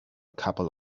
couple